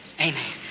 Amen